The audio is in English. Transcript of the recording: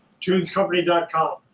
Tunescompany.com